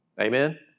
Amen